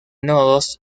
nodos